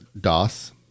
DOS